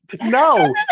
No